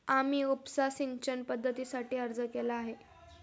आम्ही उपसा सिंचन पद्धतीसाठी अर्ज केला आहे